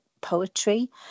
poetry